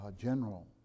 general